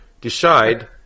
decide